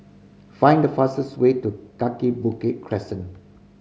find the fastest way to Kaki Bukit Crescent